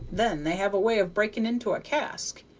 then they have a way of breaking into a cask.